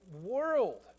world